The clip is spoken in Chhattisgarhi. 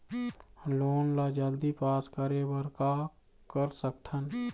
लोन ला जल्दी पास करे बर का कर सकथन?